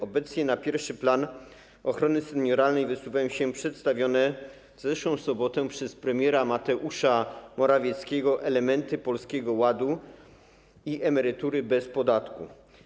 Obecnie na pierwszy plan ochrony senioralnej wysuwają się przedstawione w zeszłą sobotę przez premiera Mateusza Morawieckiego elementy Polskiego Ładu i emerytury bez podatku.